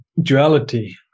duality